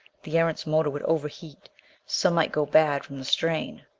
the erentz motors would overheat some might go bad from the strain.